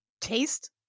taste